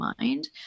mind